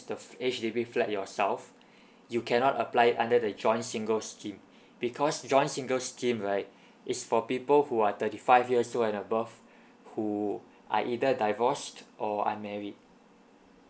the H_D_B flat yourself you cannot apply under the joint singles scheme because joint singles scheme right is for people who are thirty five years old and above who are either divorced or unmarried